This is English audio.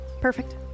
perfect